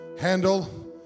handle